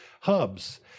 hubs